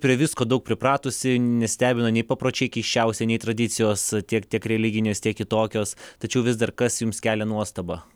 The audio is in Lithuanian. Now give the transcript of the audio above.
prie visko daug pripratusi nestebino nei papročiai keisčiausi nei tradicijos tiek tiek religinės tiek kitokios tačiau vis dar kas jums kelia nuostabą